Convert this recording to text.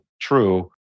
true